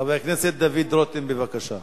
חבר הכנסת דוד רותם, בבקשה.